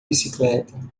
bicicleta